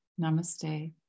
namaste